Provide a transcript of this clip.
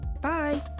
Bye